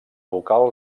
vocal